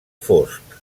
fosc